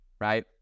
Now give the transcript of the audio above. right